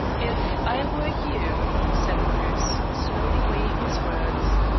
if i were you, said bruce, slowly weighing his words,